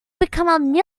become